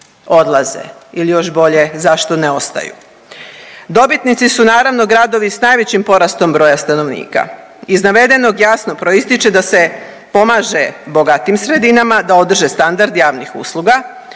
odlaze ili još bolje zašto ne ostaju. Dobitnici su naravno gradovi s najvećim porastom broja stanovnika. Iz navedenog jasno proističe da se pomaže bogatim sredinama da održe standard javnih usluga